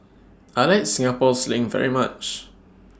I like Singapore Sling very much